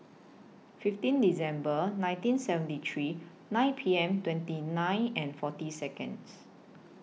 fifteen December nineteen seventy three nine P M twenty nine and forty Seconds